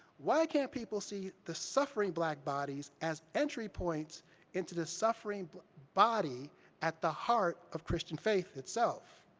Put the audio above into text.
why can't people see the suffering black bodies as entry points into the suffering body at the heart of christian faith itself?